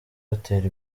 batera